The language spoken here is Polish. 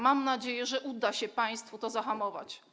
Mam nadzieję, że uda się państwu to zahamować.